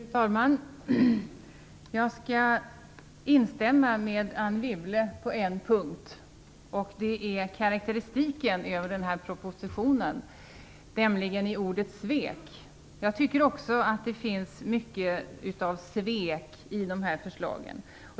Fru talman! Jag skall instämma med Anne Wibble på en punkt. Det gäller karakteristiken av propositionen, nämligen ordet "svek". Jag tycker också att det finns mycket av svek i dessa förslag.